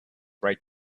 right